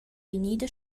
vegnida